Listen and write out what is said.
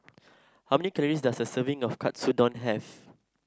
how many calories does a serving of Katsudon have